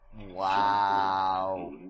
Wow